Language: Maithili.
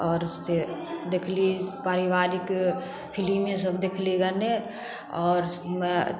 आओर से देखली पारिवारिक फिलिमेसब देखली गने आओर